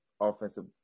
offensive